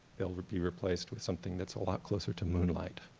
they'll be replaced with something that's a lot closer to moonlight.